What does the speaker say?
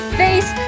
face